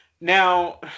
Now